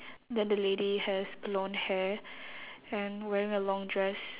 then the lady has blonde hair and wearing a long dress